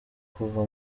kuva